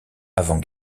avant